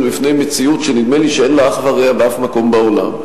בפני מציאות שנדמה לי שאין לה אח ורע בשום מקום בעולם,